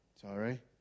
Sorry